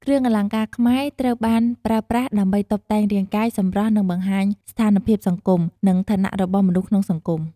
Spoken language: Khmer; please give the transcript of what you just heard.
គ្រឿងអលង្ការខ្មែរត្រូវបានប្រើប្រាស់ដើម្បីតុបតែងរាងកាយ សម្រស់ និងបង្ហាញស្ថានភាពសង្គម និងឋានៈរបស់មនុស្សក្នុងសង្គម។